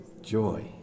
joy